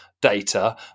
data